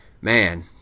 man